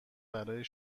برای